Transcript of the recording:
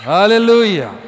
Hallelujah